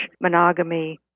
monogamy